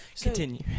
continue